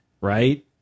right